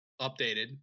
updated